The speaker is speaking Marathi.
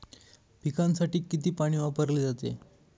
पिकांसाठी किती पाणी वापरले जाते?